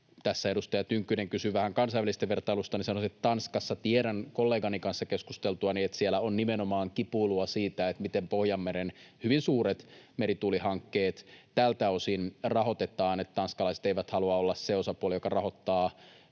edustaja Tynkkynen kysyi vähän kansainvälisestä vertailusta, niin sanoisin, että tiedän kollegani kanssa keskusteltuani, että Tanskassa on nimenomaan kipuilua siitä, miten Pohjanmeren hyvin suuret merituulihankkeet tältä osin rahoitetaan. Tanskalaiset eivät halua olla se osapuoli, joka rahoittaa